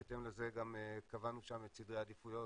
בהתאם לזה גם קבענו שם את סדרי העדיפויות